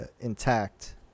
intact